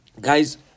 guys